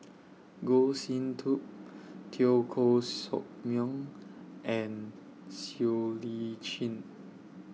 Goh Sin Tub Teo Koh Sock Miang and Siow Lee Chin